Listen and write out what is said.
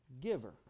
giver